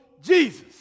Jesus